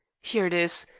here it is.